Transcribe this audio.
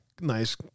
Nice